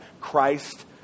Christ